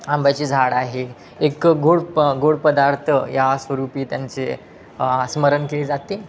आंब्याची झाड आहे एक गोड प गोड पदार्थ या स्वरूपी त्यांचे स्मरण केली जाते